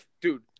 dude